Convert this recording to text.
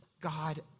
God